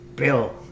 Bill